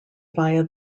via